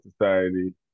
Society